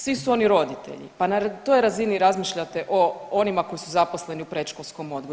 Svi su oni roditelji, pa na toj razini razmišljate o onima koji su zaposleni u predškolskom odgoju.